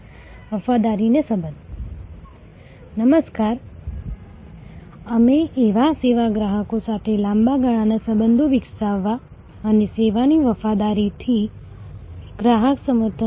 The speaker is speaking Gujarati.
અમે અમારા અંતિમ ધ્યેય સુધી કેવી રીતે પહોંચી શકીએ જેના વિશે અમે આ સપ્તાહ દરમિયાન વાત કરી રહ્યા છીએ ગ્રાહક વફાદારીના માર્ગ દ્વારા ગ્રાહકનું સમર્થન